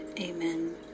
Amen